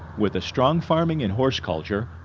with a strong farming and horse culture,